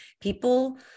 people